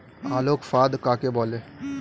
আলোক ফাঁদ কাকে বলে?